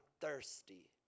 thirsty